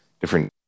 different